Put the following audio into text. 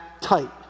tight